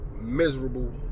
miserable